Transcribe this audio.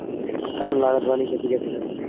कम लागत वाली खेती कैसे करें?